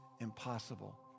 impossible